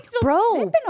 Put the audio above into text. bro